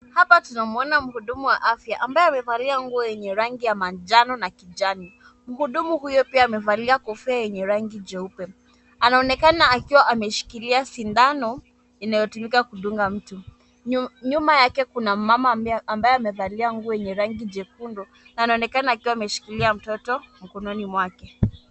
Hapa tunamuona mhudumu wa afya ambaye amevalia nguo yenye rangi ya manjano na kijani. Mhudumu huyu pia amevalia kofia yenye rangi jeupe. Anaonekana akiwa ameshikilia sindano inayotumika kudunga mtu. Nyuma yake kuna mmama ambaye amevalia nguo yenye rangi jekundu na anaonekana akiwa ameshikilia mtoto mkononi mwake.